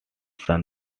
son